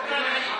2